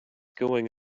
going